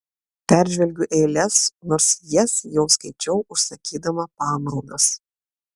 peržvelgiu eiles nors jas jau skaičiau užsakydama pamaldas